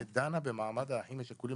שדנה במעמד האחים השכולים,